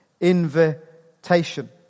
invitation